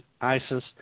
ISIS